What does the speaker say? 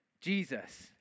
Jesus